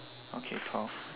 okay count